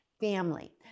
family